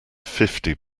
fifty